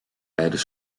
rijden